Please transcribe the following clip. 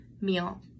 meal